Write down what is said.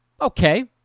Okay